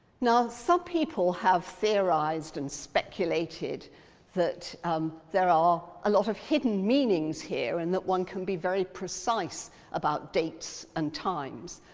now, some so people have theorised and speculated that um there are a lot of hidden meanings here and that one can be very precise about dates and times.